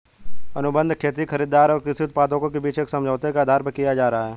अनुबंध खेती खरीदार और कृषि उत्पादकों के बीच एक समझौते के आधार पर किया जा रहा है